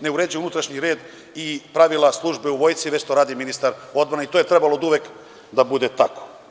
ne uređuje unutrašnji red i pravila službe u vojsci već to radi ministar odbrane i to je oduvek trebalo da bude tako.